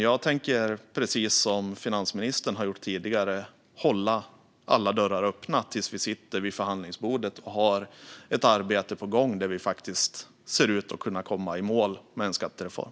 Jag tänker, precis som finansministern har gjort tidigare, hålla alla dörrar öppna tills vi sitter vid förhandlingsbordet och har ett arbete på gång där vi faktiskt ser ut att kunna komma i mål med en skattereform.